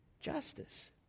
justice